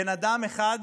בן אדם אחד,